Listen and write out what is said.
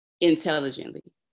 intelligently